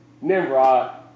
Nimrod